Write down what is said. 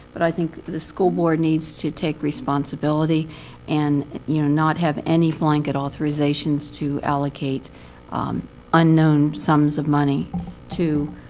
but i think the school board needs to take responsibility and you know not have any blanket authorizations to allocate unknown sums of money to